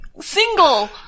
single